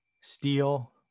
steel